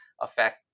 affect